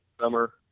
summer